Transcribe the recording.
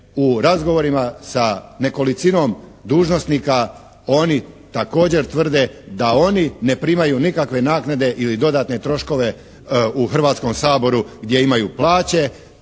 u razgovorima sa nekolicinom dužnosnika oni također tvrde da oni ne primaju nikakve naknade ili dodatne troškove u Hrvatskom saboru gdje imaju plaće.